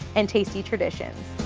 and tasty traditions.